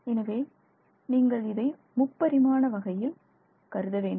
எனவே நீங்கள் இதை முப்பரிமாண வகையில் கருத வேண்டும்